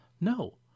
No